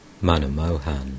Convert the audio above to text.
Manamohan